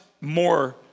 more